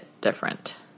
different